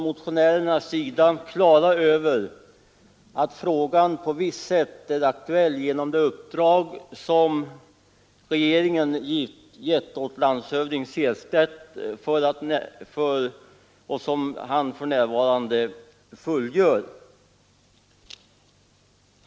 Motionärerna har givetvis klart för sig att frågan på visst sätt är aktuell genom det uppdrag som regeringen har gett åt landshövding Sehlstedt och som han för närvarande fullgör.